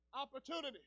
Opportunity